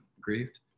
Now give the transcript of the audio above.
grieved